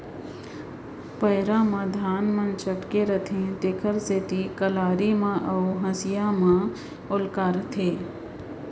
पैरा म धान मन चटके रथें तेकर सेती कलारी म अउ हँसिया म ओलहारथें